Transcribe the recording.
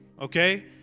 okay